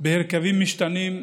בהרכבים משתנים,